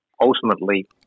Ultimately